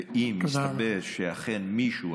ואם יסתבר שאכן מישהו,